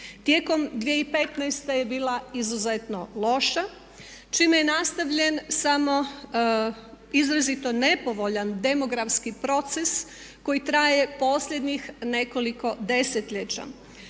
tijekom 2015.je bila izuzetno loša čime je nastavljen samo izrazito nepovoljan demografski proces koji traje posljednjih nekoliko desetljeća.